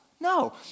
no